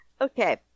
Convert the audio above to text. Okay